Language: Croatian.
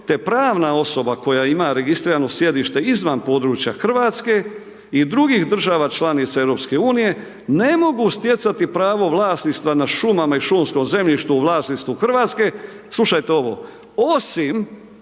te pravna osoba koja ima registrirano sjedište izvan područja Hrvatske i drugih država članica EU ne mogu stjecati pravo vlasništva nad šumama i šumskom zemljištu u vlasništvu Hrvatske,